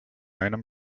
einem